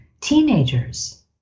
teenagers